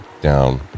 down